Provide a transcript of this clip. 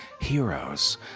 heroes